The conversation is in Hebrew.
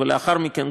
ולאחר מכן,